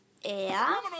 Ja